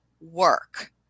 work